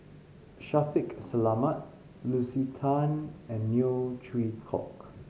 Shaffiq Selamat Lucy Tan and Neo Chwee Kok